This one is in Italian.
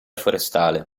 forestale